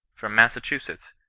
from massachusetts,